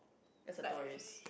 as a tourist